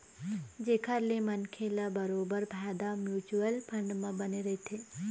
जेखर ले मनखे ल बरोबर फायदा म्युचुअल फंड म बने रहिथे